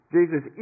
Jesus